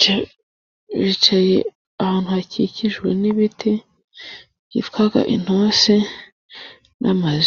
，cyangwa bicaye ahantu hakikijwe n'ibiti byitwa inturusu n'amazu.